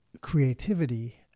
creativity